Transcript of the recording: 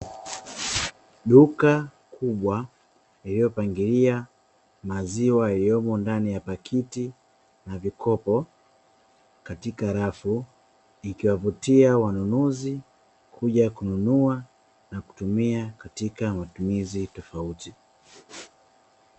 Duka kubwa lililopangilia maziwa, yaliyomo ndani ya pakiti na vikopo katika rafu ikiwavutia wanunuzi kuja kununua na kutumia katika matumizi tofauti.